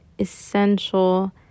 essential